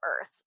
earth